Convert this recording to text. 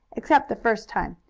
except the first time,